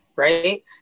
Right